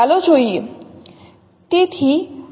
ચાલો જોઈએ